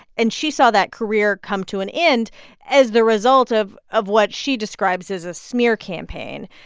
and she saw that career come to an end as the result of of what she describes as a smear campaign.